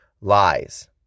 lies